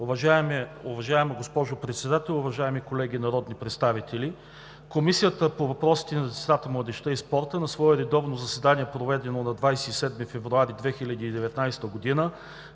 Уважаема госпожо Председател, уважаеми колеги народни представители! „Комисията по въпросите на децата, младежта и спорта на свое редовно заседание, проведено на 27 февруари 2019 г.,